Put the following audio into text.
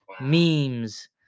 memes